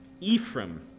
Ephraim